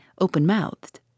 open-mouthed